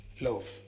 love